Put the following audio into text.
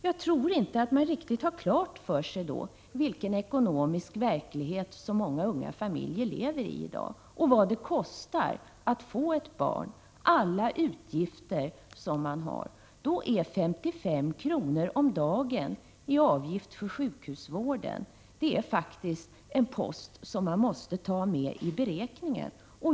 Jag tror inte att man riktigt har klart för sig vilken ekonomisk verklighet många unga familjer i dag lever i och vad det kostar att få ett barn, alla utgifter som man har. Då är 55 kr. om dagen i avgift för sjukhusvården en post man måste ta med i beräkningen.